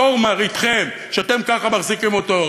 צאן מרעיתכם שאתם ככה מחזיקים אותו,